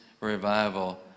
revival